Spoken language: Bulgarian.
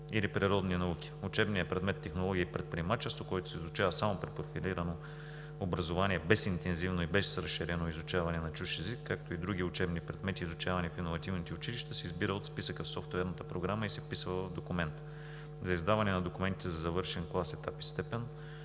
или „Природни науки“. Учебният предмет „Технологии и предприемачество“, който се изучава само при профилирано образование, без интензивно и без разширено изучаване на чужд език, както и други учебни предмети, изучавани в иновативните училища, се избира от списъка в софтуерната програма и се вписва в документа. За издаване на документите за завършен клас, етап и степен